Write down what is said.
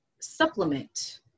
supplement